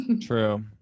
True